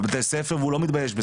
בבתי ספר והוא לא מתבייש בזה.